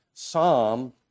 Psalm